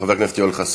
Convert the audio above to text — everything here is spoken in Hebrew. חבר הכנסת יואל חסון.